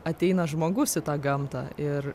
ateina žmogus į tą gamtą ir